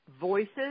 voices